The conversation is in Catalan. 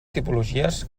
tipologies